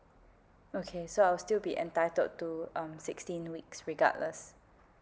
okay so I'll still be entitled to um sixteen weeks regardless